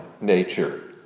nature